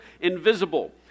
invisible